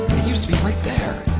used to be right there.